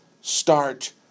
start